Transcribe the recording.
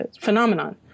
phenomenon